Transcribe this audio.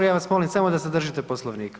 Ja vas molim samo da se držite Poslovnika.